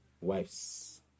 wives